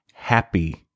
happy